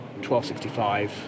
1265